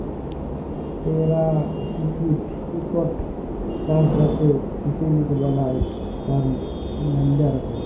পেরাকিতিক ইকট চাস যাতে সিলিক বালাই, তার ম্যালা রকম